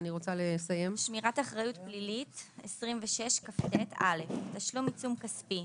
26כטשמירת אחריות פלילית תשלום עיצום כספי,